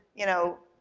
you know,